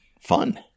fun